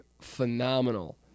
phenomenal